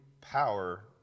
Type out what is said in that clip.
power